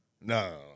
No